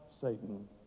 Satan